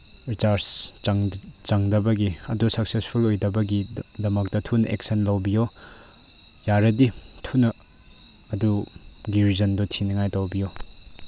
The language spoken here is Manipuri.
ꯔꯤꯆꯥꯔꯖ ꯆꯪꯗꯕꯒꯤ ꯑꯗꯨ ꯁꯛꯁꯦꯁꯐꯨꯜ ꯑꯣꯏꯗꯕꯒꯤ ꯗꯃꯛꯇ ꯊꯨꯅ ꯑꯦꯛꯁꯟ ꯂꯧꯕꯤꯌꯣ ꯌꯥꯔꯗꯤ ꯊꯨꯅ ꯑꯗꯨꯒꯤ ꯔꯤꯖꯟꯗꯨ ꯊꯤꯅꯤꯉꯥꯏ ꯇꯧꯕꯤꯌꯨ